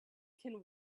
can